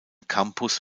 campus